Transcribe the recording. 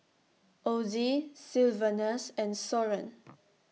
Ozie Sylvanus and Soren